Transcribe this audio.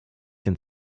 den